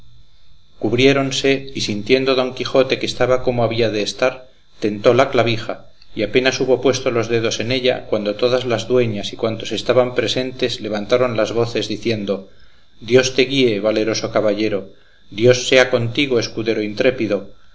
peralvillo cubriéronse y sintiendo don quijote que estaba como había de estar tentó la clavija y apenas hubo puesto los dedos en ella cuando todas las dueñas y cuantos estaban presentes levantaron las voces diciendo dios te guíe valeroso caballero dios sea contigo escudero intrépido